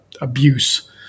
abuse